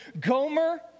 Gomer